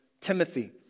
Timothy